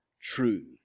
true